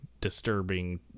disturbing